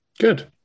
good